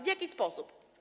W jaki sposób?